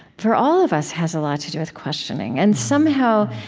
for all of us, has a lot to do with questioning. and somehow,